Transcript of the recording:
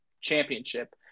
championship